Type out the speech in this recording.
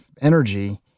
energy